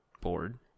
board